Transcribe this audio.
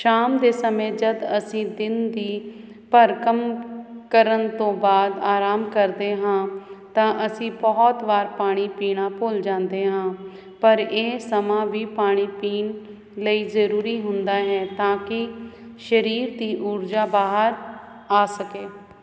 ਸ਼ਾਮ ਦੇ ਸਮੇਂ ਜਦ ਅਸੀਂ ਦਿਨ ਦੀ ਭਰਮ ਕਰਨ ਤੋਂ ਬਾਅਦ ਆਰਾਮ ਕਰਦੇ ਹਾਂ ਤਾਂ ਅਸੀਂ ਬਹੁਤ ਵਾਰ ਪਾਣੀ ਪੀਣਾ ਭੁੱਲ ਜਾਂਦੇ ਹਾਂ ਪਰ ਇਹ ਸਮਾਂ ਵੀ ਪਾਣੀ ਪੀਣ ਲਈ ਜਰੂਰੀ ਹੁੰਦਾ ਹੈ ਤਾਂ ਕਿ ਸਰੀਰ ਦੀ ਊਰਜਾ ਬਾਹਰ ਆ ਸਕੇ